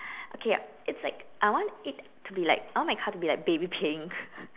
okay it's like I want it to be like I want my car to be like baby pink